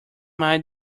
mind